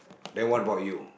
then what about you